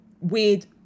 weird